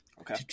Okay